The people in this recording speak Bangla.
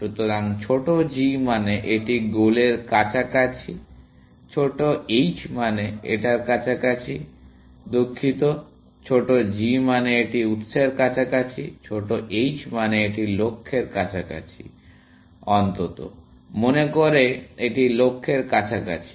সুতরাং ছোট g মানে এটি গোলের কাছাকাছি ছোট h মানে এটার কাছাকাছি দুঃখিত ছোট g মানে এটি উৎসের কাছাকাছি ছোট h মানে এটি লক্ষ্যের কাছাকাছি অন্তত মনে করে এটি লক্ষ্যের কাছাকাছি